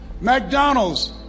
McDonald's